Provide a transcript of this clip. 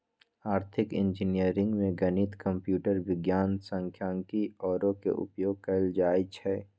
आर्थिक इंजीनियरिंग में गणित, कंप्यूटर विज्ञान, सांख्यिकी आउरो के उपयोग कएल जाइ छै